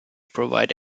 provide